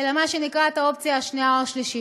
אלא מה שנקרא את האופציה השנייה או השלישית.